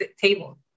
table